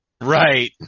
Right